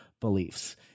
beliefs